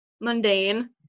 mundane